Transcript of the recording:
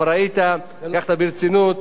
ראית, לקחת ברצינות.